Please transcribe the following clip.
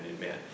man